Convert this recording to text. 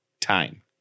time